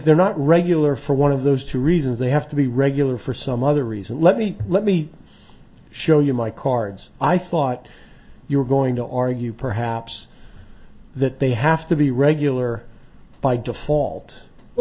they're not regular for one of those two reasons they have to be regular for some other reason let me let me show you my cards i thought you were going to argue perhaps that they have to be regular by default but